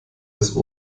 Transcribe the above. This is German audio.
des